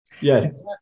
Yes